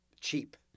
Cheap